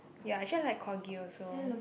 ya actually I like corgi also